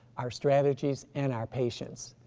our strategies and our patients.